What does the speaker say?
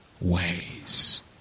ways